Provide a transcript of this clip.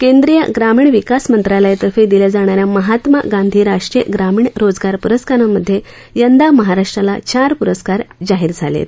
केंद्रीय ग्रामीण विकास मंत्रालयातर्फे दिल्या जाणाऱ्या महात्मा गांधी राष्ट्रीय ग्रामीण रोजगार पुरस्कारांमधे यंदा महाराष्ट्राला चार पुरस्कार जाहीर झाले आहेत